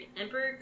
Emperor